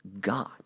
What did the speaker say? God